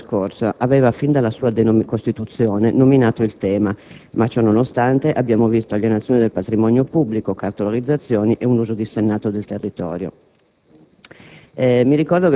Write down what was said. Chi stava al Governo nella passata legislatura aveva fin dalla sua costituzione nominato il tema ma, ciò nonostante, abbiamo visto alienazione del patrimonio pubblico, cartolarizzazioni e uso dissennato del territorio.